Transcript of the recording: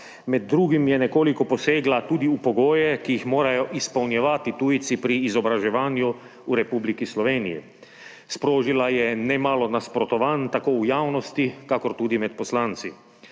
Med drugim je nekoliko posegla tudi v pogoje, ki jih morajo izpolnjevati tujci pri izobraževanju v Republiki Sloveniji. Sprožila je nemalo nasprotovanj tako v javnosti kakor tudi med poslanci.